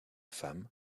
femme